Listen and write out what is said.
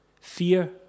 fear